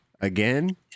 again